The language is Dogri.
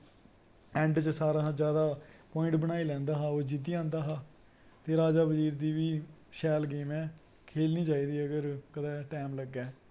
ऐंड च सारैं शा जादा पवाईट बनाई लैंदा हा ओह् जित्ती जंदा हा ते राजा बजीर दा बी शैल गेम ऐ खेलनी चाही दी अगर टैम लग्गै